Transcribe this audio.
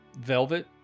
velvet